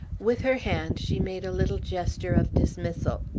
with her hand she made a little gesture of dismissal.